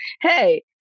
Hey